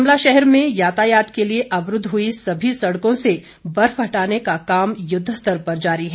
श्मिला शहर में यातायात के लिए अवरूद्व हुई सभी सड़कों से बर्फ हटाने का काम युद्वस्तर पर जारी है